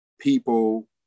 people